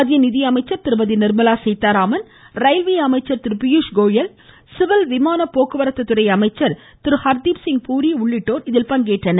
மக்கிய நிதி அமைச்சர் திருமதி நிர்மலா சீதாராமன் ரயில்வே அமைச்சர் திரு பியூஷ்கோயல் சிவில் விமான போக்குவரத்து துறை அமைச்சர் திரு ஷர்திப்சிங் பூரி உள்ளிட்டோர் இதில் பங்கேற்றனர்